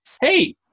hey